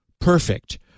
perfect